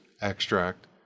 extract